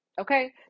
okay